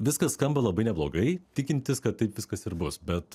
viskas skamba labai neblogai tikintis kad taip viskas ir bus bet